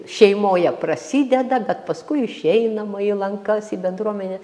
šeimoje prasideda bet paskui išeinama į lankas į bendruomenę